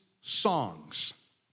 songs